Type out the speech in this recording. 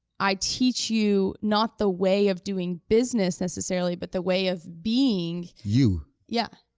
i teach you not the way of doing business necessarily but the way of being. you. yeah.